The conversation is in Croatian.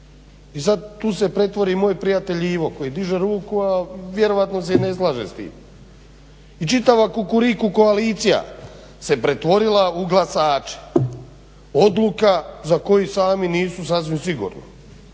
I sad tu se pretvori moj prijatelj Ivo koji diže ruku, a vjerojatno se ne slaže s tim. I čitava Kukuriku koalicija se pretvorila u glasače, odluka za koju sami nisu sasvim sigurni